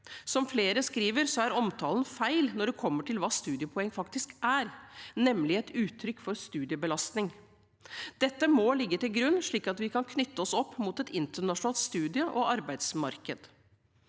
Som flere skriver, er omtalen feil med hensyn til hva studiepoeng faktisk er, nemlig et uttrykk for studiebelastning. Dette må ligge til grunn, slik at vi kan knytte oss opp mot et internasjonalt studie- og arbeidsmarked.